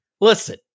Listen